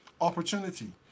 opportunity